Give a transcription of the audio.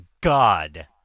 god